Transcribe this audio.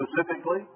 specifically